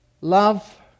Love